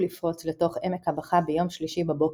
לפרוץ לתוך עמק הבכא ביום שלישי בבוקר,